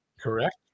Correct